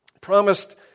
promised